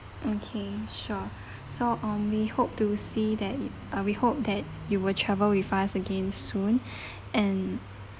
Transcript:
okay sure so um we hope to see that uh we hope that you will travel with us again soon and